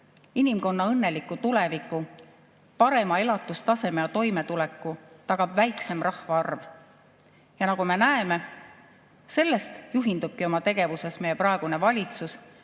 inimkonna õnneliku tuleviku, parema elatustaseme ja toimetuleku tagab väiksem rahvaarv. Nagu me näeme, sellest oma tegevuses juhindubki meie praegune valitsus,